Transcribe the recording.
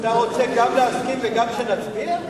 אתה רוצה גם להסכים וגם שנצביע?